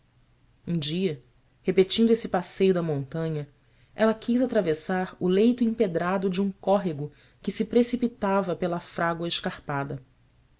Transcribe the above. um dia repetindo esse passeio da montanha ela quis atravessar o leito empedrado de um córrego que se precipitava pela frágoa sic escarpada